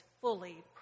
fully